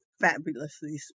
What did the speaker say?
fabulously